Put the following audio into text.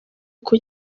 uko